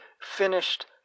finished